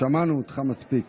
שמענו אותך מספיק.